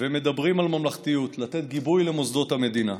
ומדברים על ממלכתיות, לתת גיבוי למוסדות המדינה.